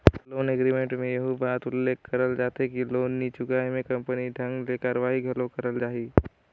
loan agreement में एहू बात कर उल्लेख करल जाथे कि लोन नी चुकाय में कानूनी ढंग ले कारवाही घलो करल जाही